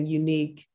unique